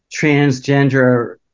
transgender